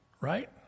right